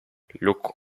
look